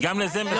מסרבים.